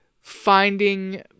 finding